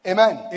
Amen